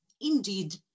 Indeed